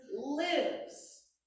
lives